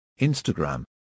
Instagram